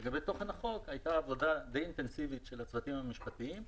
לגבי תוכן החוק הייתה עבודה די אינטנסיבית של הצוותים המשפטיים,